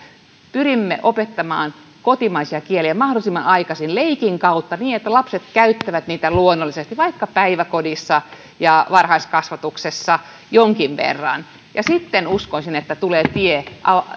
pyrimme opettamaan kotimaisia kieliä mahdollisimman aikaisin leikin kautta niin että lapset käyttävät niitä luonnollisesti vaikka päiväkodissa ja varhaiskasvatuksessa jonkin verran sitten uskoisin että